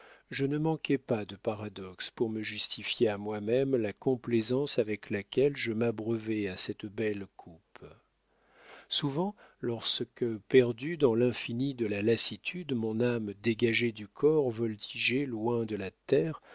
je ne manquai pas de paradoxes pour me justifier à moi-même la complaisance avec laquelle je m'abreuvais à cette belle coupe souvent lorsque perdue dans l'infini de la lassitude mon âme dégagée du corps voltigeait loin de la terre